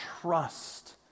Trust